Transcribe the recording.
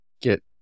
get